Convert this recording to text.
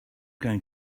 going